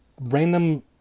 Random